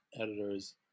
editors